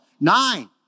Nine